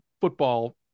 football